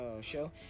show